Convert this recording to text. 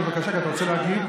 אתה רוצה להגיב?